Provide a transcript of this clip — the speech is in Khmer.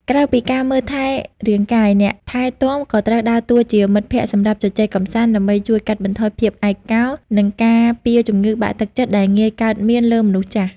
ក្រៅពីការមើលថែរាងកាយ អ្នកថែទាំក៏ត្រូវដើរតួជាមិត្តភក្តិសម្រាប់ជជែកកម្សាន្ត ដើម្បីជួយកាត់បន្ថយភាពឯកោ និងការពារជំងឺបាក់ទឹកចិត្តដែលងាយកើតមានលើមនុស្សចាស់។